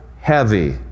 heavy